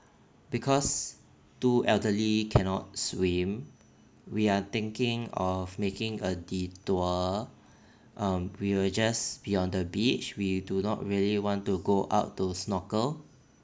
because two elderly cannot swim we are thinking of making a detour um we will just be on the beach we do not really want to go out to snorkel